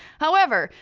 however,